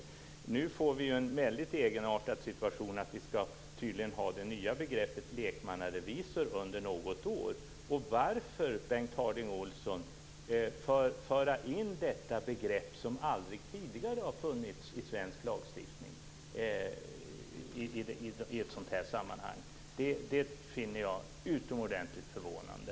Nu får vi en väldigt egenartad situation i och med att vi tydligen skall ha det nya begreppet lekmannarevisor under något år. Varför, Bengt Harding Olson, föra in detta begrepp, som aldrig tidigare har funnits i svensk lagstiftning i ett sådant här sammanhang? Jag finner detta utomordentligt förvånande.